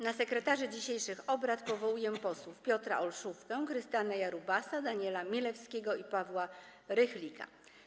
Na sekretarzy dzisiejszych obrad powołuję posłów Piotra Olszówkę, Krystiana Jarubasa, Daniela Milewskiego i Pawła Rychlika.